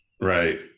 right